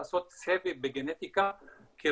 לעשות סבב בגנטיקה כי,